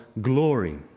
glory